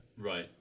right